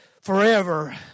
forever